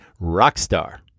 rockstar